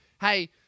hey